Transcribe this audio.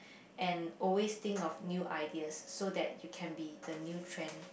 and always think of new ideas so that you can be the new trend